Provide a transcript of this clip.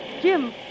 Jim